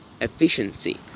efficiency